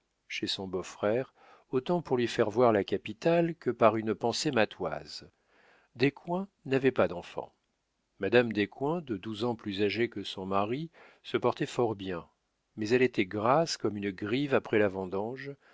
chez son beau-frère autant pour lui faire voir la capitale que par une pensée matoise descoings n'avait pas d'enfants madame descoings de douze ans plus âgée que son mari se portait fort bien mais elle était grasse comme une grive après la vendange